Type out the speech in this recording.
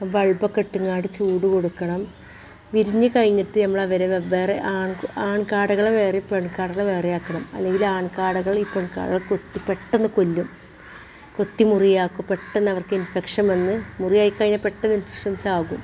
ബൾബൊക്കെ ഇട്ട്ങ്ങാണ്ട് ചൂട് കൊടുക്കണം വിരിഞ്ഞ് കഴിഞ്ഞിട്ട് ഞമ്മൾ അവരെ വെവ്വേറെ ആൺ ആൺ കാടകളെ വേറെ പെൺ കാടകളെ വേറെ ആക്കണം അല്ലെങ്കിൽ ആൺ കാടകൾ ഈ പെൺ കാടകളെ കൊത്തി പെട്ടെന്ന് കൊല്ലും കൊത്തി മുറിയാക്കും പെട്ടെന്നവർക്ക് ഇൻഫെക്ഷൻ വന്ന് മുറിയായി കഴിഞ്ഞാൽ പെട്ടെന്ന് ഇൻഫെക്ഷൻ ചാകും